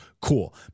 cool